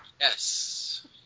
Yes